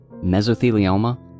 mesothelioma